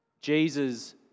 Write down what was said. Jesus